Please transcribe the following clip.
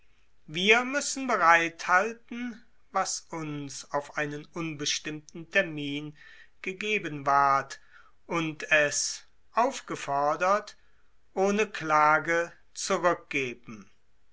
wir müssen bereit haltet was uns auf einen unbestimmten termin gegeben ward und es aufgefordert ohne klage